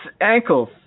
ankles